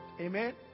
Amen